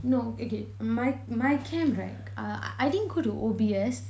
no okay my my camp right uh I didn't go to O_B_S